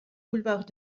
boulevard